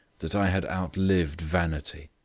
that i had outlived vanity.